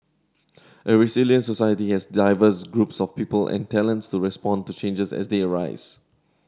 a resilient society has diverse groups of people and talents to respond to changes as they arise